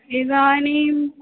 इदानीम्